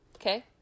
Okay